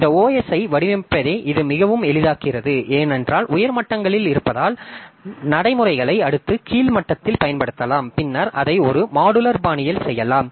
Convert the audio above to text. இந்த OS ஐ வடிவமைப்பதை இது மிகவும் எளிதாக்குகிறது ஏனென்றால் உயர் மட்டங்களில் இருப்பதால் நடைமுறைகளை அடுத்த கீழ் மட்டத்தில் பயன்படுத்தலாம் பின்னர் அதை ஒரு மாடுலர் பாணியில் செய்யலாம்